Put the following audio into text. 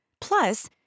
Plus